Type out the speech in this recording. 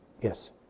yes